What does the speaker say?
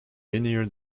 linear